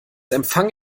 empfang